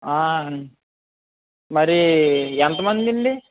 మరి ఎంతమంది అండి